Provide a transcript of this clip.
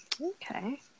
Okay